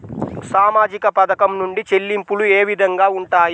సామాజిక పథకం నుండి చెల్లింపులు ఏ విధంగా ఉంటాయి?